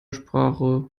sprache